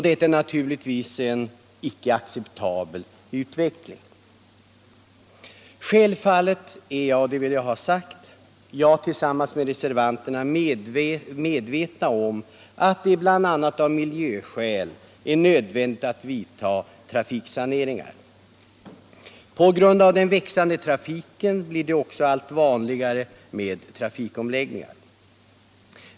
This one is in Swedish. Detta är naturligtvis en icke acceptabel utveckling. Självfallet är jag liksom reservanterna, det vill jag ha sagt, medveten om att det bl.a. av miljöskäl är nödvändigt att vidta trafiksaneringar. På grund av den växande trafiken blir det också allt vanligare med trafikomläggningar.